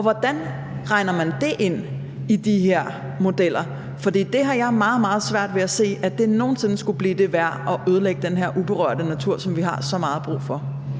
Hvordan regner man det ind i de her modeller? Jeg har meget, meget svært ved at se, at det nogen sinde skulle blive det værd at ødelægge den her uberørte natur, som vi har så meget brug for.